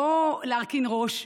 לא להרכין ראש,